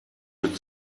mit